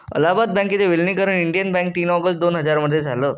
अलाहाबाद बँकेच विलनीकरण Indian Bank तीन ऑगस्ट दोन हजार मध्ये झालं